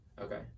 Okay